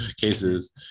cases